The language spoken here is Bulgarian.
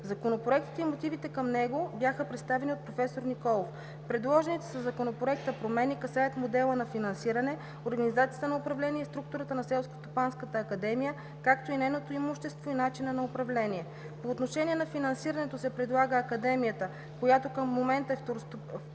Законопроектът и мотивите към него бяха представени от професор Николов. Предложените със Законопроекта промени касаят модела на финансиране, организацията на управление и структурата на Селскостопанската академия, както и нейното имущество и начина на управление. По отношение на финансирането се предлага Академията, която към момента е второстепенен